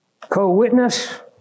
co-witness